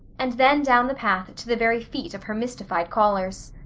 and then down the path to the very feet of her mystified callers.